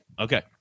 Okay